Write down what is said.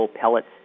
pellets